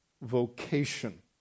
vocation